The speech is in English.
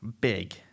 Big